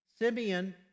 Simeon